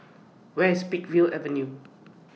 Where IS Peakville Avenue